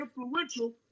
influential